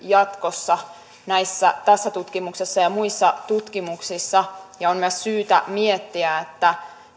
jatkossa tässä tutkimuksessa ja muissa tutkimuksissa on myös syytä miettiä